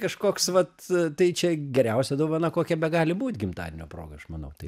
kažkoks vat tai čia geriausia dovana kokia begali būt gimtadienio proga aš manau tai